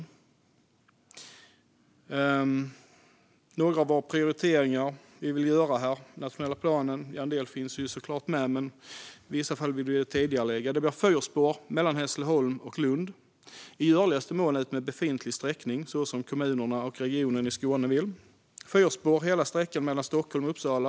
Jag ska nämna några av våra prioriteringar. En del finns såklart med i den nationella planen. Men i vissa fall vill vi tidigarelägga. Det blir fyrspår mellan Hässleholm och Lund, i görligaste mån utmed befintlig sträckning så som kommunerna och regionen i Skåne vill. Det blir fyrspår hela sträckan mellan Stockholm och Uppsala.